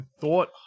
Thought